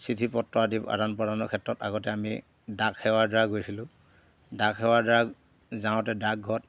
চিঠি পত্ৰ আদি আদান প্ৰদানৰ ক্ষেত্ৰত আগতে আমি ডাক সেৱাৰ দ্বাৰা গৈছিলোঁ ডাক সেৱাৰ দ্বাৰা যাওঁতে ডাকঘৰত